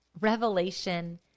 revelation